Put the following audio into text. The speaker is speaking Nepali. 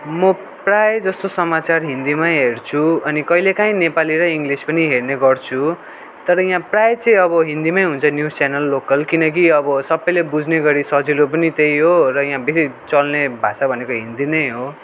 म प्रायः जस्तो समाचार हिन्दीमै हेर्छु अनि कहिलेकाहीँ नेपाली र इङ्ग्लिस पनि हेर्ने गर्छु तर या प्रायः चाहिँ अब हिन्दीमै हुन्छ न्युज च्यानल लोकल किनकि अब सबैले बुझ्ने गरि सजिलो पनि त्यही हो र या बेसी चल्ने भाषा भनेको पनि हिन्दी नै हो